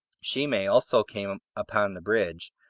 shimei also came upon the bridge,